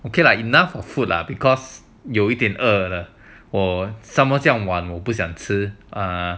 okay lah enough of food lah because 有一点饿了 somemore 这样晚我不想吃啊